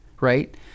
Right